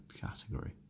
category